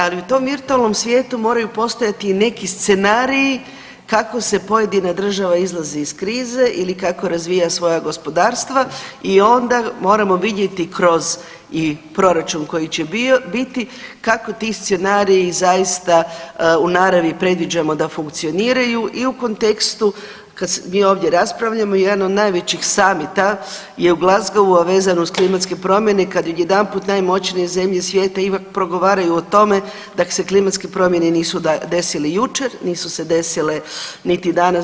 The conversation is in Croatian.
Ali u tom virtualnom svijetu moraju postojati i neki scenariji kako se koja država izlazi iz krize ili kako razvija svoja gospodarstva i onda moramo vidjeti kroz i proračun koji će biti kako ti scenariji zaista u naravi predviđamo da funkcioniraju i u kontekstu kad mi ovdje raspravljamo jedan od najvećih summita je u Glosgowu a vezano za klimatske promjene i kad odjedanput najmoćnije zemlje svijeta progovaraju o tome da se klimatske promjene nisu desile jučer, nisu se desile niti danas.